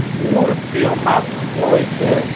মোৰ প্ৰিয় মাছ হৈছে